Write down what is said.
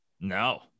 No